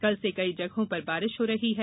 कल से कई जगहों पर बारिष हो रही है